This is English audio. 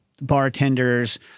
bartenders